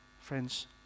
Friends